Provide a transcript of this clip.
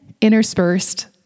interspersed